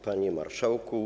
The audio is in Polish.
Panie Marszałku!